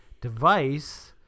device